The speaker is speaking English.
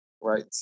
right